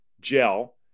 gel